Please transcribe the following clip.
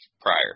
prior